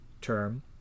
term